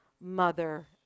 mother